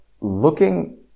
looking